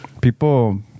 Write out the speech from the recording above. People